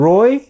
Roy